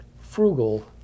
frugal